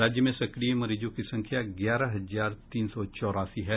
राज्य में सक्रिय मरीजों की संख्या ग्यारह हजार तीन सौ चौरासी है